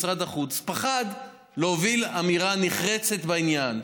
משרד החוץ פחד להוביל אמירה נחרצת בעניין,